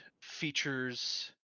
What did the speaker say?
features